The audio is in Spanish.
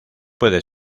puede